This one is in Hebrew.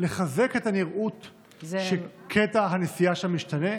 לחזק את הנראות שקטע הנסיעה שם משתנה,